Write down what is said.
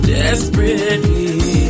Desperately